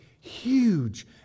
huge